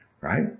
right